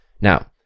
Now